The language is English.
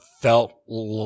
felt